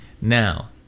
now